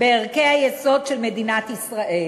בערכי היסוד של מדינת ישראל.